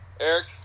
Eric